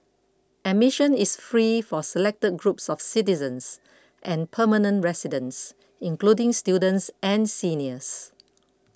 admission is free for selected groups of citizens and permanent residents including students and seniors